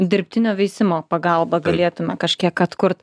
dirbtinio veisimo pagalba galėtume kažkiek atkurt